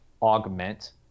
augment